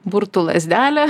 burtų lazdelę